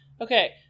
Okay